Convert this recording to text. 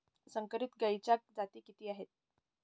संकरित गायीच्या जाती किती आहेत?